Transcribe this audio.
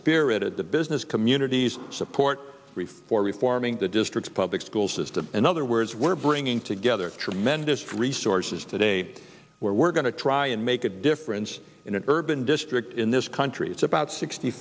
spirited the business community's support for reforming the district's public school system in other words we're bringing together tremendous resources today where we're going to try and make a difference in an urban district in this country it's about sixty